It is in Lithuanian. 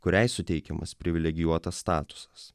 kuriai suteikiamas privilegijuotas statusas